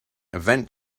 event